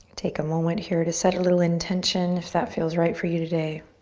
take a moment here to set a little intention if that feels right for you today.